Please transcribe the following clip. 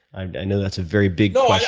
i know that's a very big ah